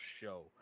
show